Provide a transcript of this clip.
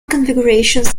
configurations